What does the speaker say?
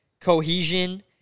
cohesion